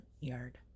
yard